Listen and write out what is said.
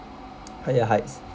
higher heights